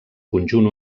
conjunt